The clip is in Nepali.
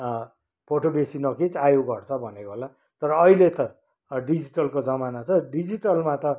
फोटो बेसी नखिच आयु घट्छ भनेको होला तर अहिले त डिजिटलको जमाना छ डिजिटलमा त